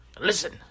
Listen